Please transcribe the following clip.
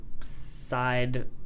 side